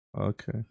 Okay